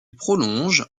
prolonge